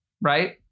right-